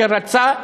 אשר רצה,